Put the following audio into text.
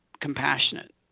compassionate